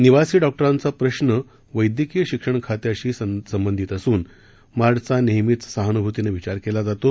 निवासी डॉक्टरांचा प्रश्न वैद्यकीय शिक्षण खात्याशी संदर्भात असून मार्डचा नेहमीच सहान्भूतीनं विचार केला जातो